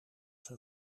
zijn